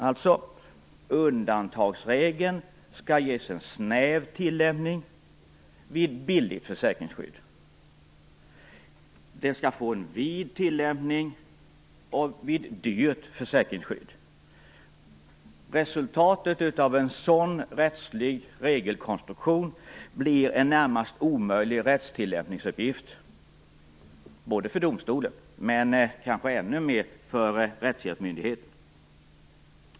Alltså: Undantagsregeln skall ges en snäv tillämpning vid "billigt" försäkringsskydd, och den skall få en vid tillämpning vid "dyrt" försäkringsskydd. Resultatet av en sådan rättslig regelkonstruktion blir en närmast omöjlig rättstillämpningsuppgift såväl för domstolen som, och i kanske ännu högre grad, för rättshjälpsmyndigheten.